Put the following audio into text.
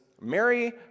Mary